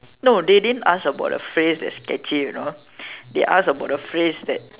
no they didn't ask about phrase that's catchy you know they ask about the phrase that